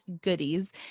goodies